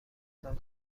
سایز